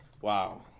wow